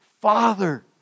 Father